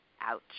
Ouch